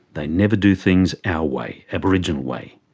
they never do things our way, aboriginal way.